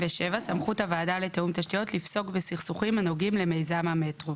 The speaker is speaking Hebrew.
סמכות הוועדה לתיאום תשתיות לפסוק בסכסוכים הנוגעים למיזם המטרו